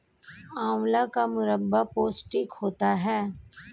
आंवला का मुरब्बा पौष्टिक होता है